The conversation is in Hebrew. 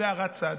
זאת הערת צד.